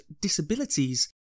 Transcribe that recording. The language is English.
disabilities